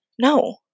No